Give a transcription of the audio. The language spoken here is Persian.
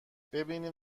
ببینیم